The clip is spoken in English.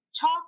talk